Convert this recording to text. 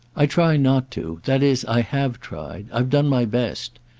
i try not to that is i have tried. i've done my best.